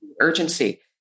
urgency